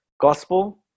Gospel